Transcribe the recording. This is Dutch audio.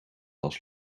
als